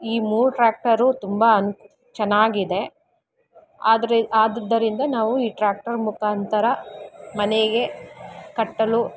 ಈ ಮೂರು ಟ್ರ್ಯಾಕ್ಟರೂ ತುಂಬ ಅನ್ ಚೆನ್ನಾಗಿದೆ ಆದರೆ ಆದುದ್ದರಿಂದ ನಾವು ಈ ಟ್ರ್ಯಾಕ್ಟರ್ ಮುಖಾಂತರ ಮನೆಗೆ ಕಟ್ಟಲು